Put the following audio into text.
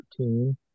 14